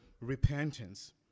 repentance